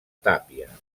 tàpia